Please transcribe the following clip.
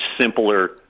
simpler